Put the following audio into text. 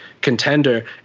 contender